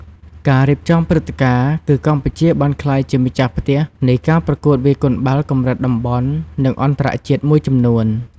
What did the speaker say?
ការរៀបចំព្រឹត្តិការណ៍ គឺកម្ពុជាបានក្លាយជាម្ចាស់ផ្ទះនៃការប្រកួតវាយកូនបាល់កម្រិតតំបន់ និងអន្តរជាតិមួយចំនួន។